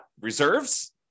Reserves